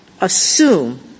Assume